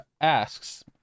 asks